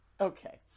Okay